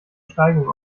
steigung